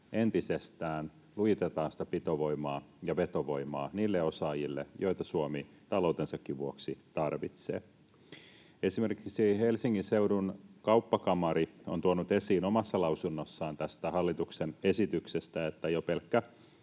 entisestään, lujitetaan sitä pitovoimaa ja vetovoimaa niille osaajille, joita Suomi taloutensakin vuoksi tarvitsee. Esimerkiksi Helsingin seudun kauppakamari on tuonut esiin omassa lausunnossaan tästä hallituksen esityksestä, että jo pelkkä